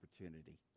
opportunity